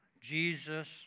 Jesus